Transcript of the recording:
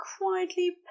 quietly